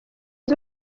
z’u